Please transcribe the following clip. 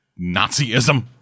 Nazism